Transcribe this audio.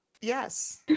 Yes